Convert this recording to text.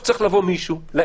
הביאו אותה למצב שאפשר לשלוט בה,